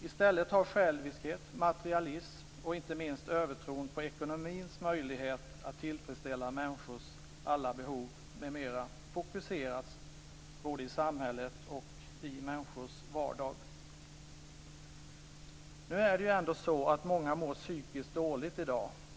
I stället har själviskhet, materialism och inte minst övertron på ekonomins möjlighet att tillfredsställa människors alla behov m.m. fokuserats både i samhället och i människors vardag. Nu är det ju ändå så att många mår psykiskt dåligt i dag.